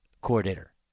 coordinator